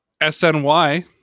SNY